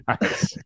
nice